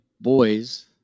boys